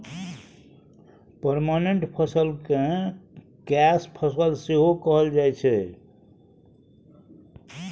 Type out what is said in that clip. permanent फसल केँ cash फसल सेहो कहल जाइ छै